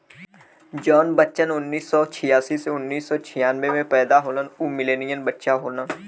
जौन बच्चन उन्नीस सौ छियासी से उन्नीस सौ छियानबे मे पैदा होलन उ मिलेनियन बच्चा होलन